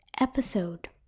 episode